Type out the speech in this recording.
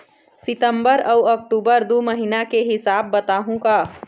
सितंबर अऊ अक्टूबर दू महीना के हिसाब बताहुं का?